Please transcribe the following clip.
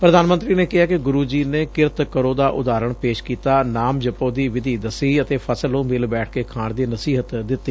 ਪ੍ਰਧਾਨ ਮੰਤਰੀ ਨੇ ਕਿਹਾ ਕਿ ਗੁਰੁ ਜੀ ਨੇ ਕਿਰਤ ਕਰੋ ਦਾ ਉਦਾਹਰਣ ਪੇਸ਼ ਕੀਤਾ ਨਾਮ ਜੱਪੋ ਦੀ ਵਿੱਧੀ ਦਸੀ ਅਤੇ ਫਸਲ ਨੁੰ ਮਿਲ ਬੈਠ ਕੇ ਖਾਣ ਦੀ ਨਸੀਹਤ ਦਿੱਤੀ